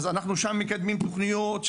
אז שם מקדמים להם תוכניות,